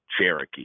Cherokee